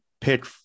pick